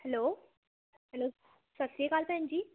hello hello Sat Sri Akal ਭੈਣ ਜੀ